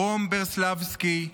רום ברסלבסקי,